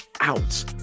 out